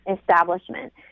establishment